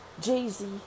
Jay-Z